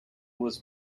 was